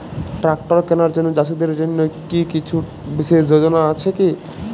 Tractor কেনার জন্য চাষীদের জন্য কী কিছু বিশেষ যোজনা আছে কি?